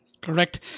Correct